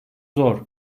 zor